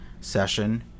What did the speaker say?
session